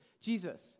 Jesus